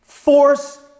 Force